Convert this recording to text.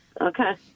Okay